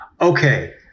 Okay